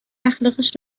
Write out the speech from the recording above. اخلاقش